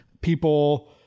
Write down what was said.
people